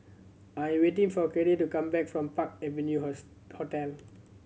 I'm waiting for Kade to come back from Park Avenue Hotel